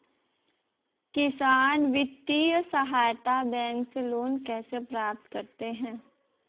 किसान वित्तीय सहायता बैंक से लोंन कैसे प्राप्त करते हैं?